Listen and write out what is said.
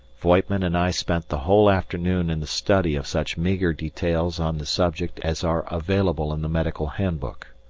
voigtman and i spent the whole afternoon in the study of such meagre details on the subject as are available in the medical handbook.